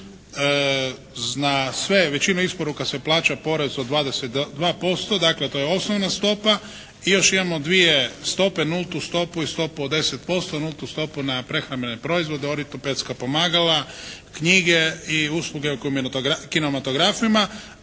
na sve, većinu isporuka se plaća porez od 22%. Dakle to je osnovna stopa. I još imamo dvije stope, nultu stopu i stopu od 10%, nultu stopu na prehrambene proizvode, ortopedska pomagala, knjige i usluge u kinematografima